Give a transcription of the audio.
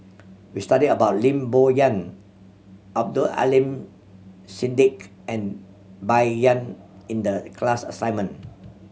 we studied about Lim Bo Yam Abdul Aleem Siddique and Bai Yan in the class assignment